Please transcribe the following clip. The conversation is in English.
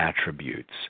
attributes